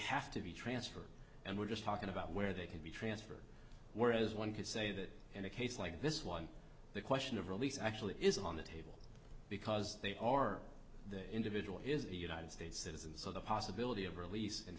have to be transferred and we're just talking about where they could be transferred whereas one could say that in a case like this one the question of release actually is on the table because they are the individual is a united states citizen so the possibility of release in